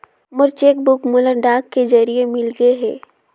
मोर cheque book मोला डाक के जरिए मिलगे हे